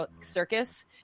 Circus